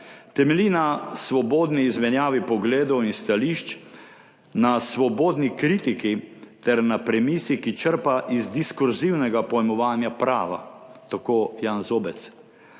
Temelji na svobodni izmenjavi pogledov in stališč, na svobodni kritiki ter na premisi, ki črpa iz diskurzivnega pojmovanja prava,« tako Jan Zobec.